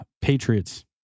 Patriots